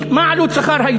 מה עלות השכר?